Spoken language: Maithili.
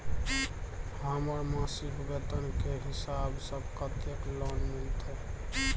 हमर मासिक वेतन के हिसाब स कत्ते लोन मिलते?